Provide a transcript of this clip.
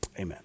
Amen